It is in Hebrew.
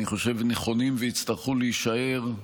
אני חושב, ויצטרכו להישאר,